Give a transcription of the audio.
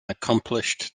accomplished